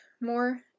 more